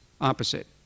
opposite